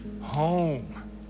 home